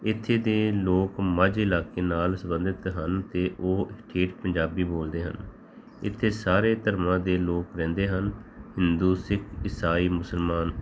ਇੱਥੇ ਦੇ ਲੋਕ ਮਾਝੇ ਇਲਾਕੇ ਨਾਲ ਸੰਬੰਧਿਤ ਹਨ ਅਤੇ ਉਹ ਠੇਠ ਪੰਜਾਬੀ ਬੋਲਦੇ ਹਨ ਇੱਥੇ ਸਾਰੇ ਧਰਮਾਂ ਦੇ ਲੋਕ ਰਹਿੰਦੇ ਹਨ ਹਿੰਦੂ ਸਿੱਖ ਈਸਾਈ ਮੁਸਲਮਾਨ